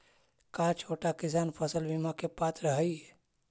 का छोटा किसान फसल बीमा के पात्र हई?